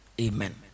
Amen